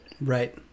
Right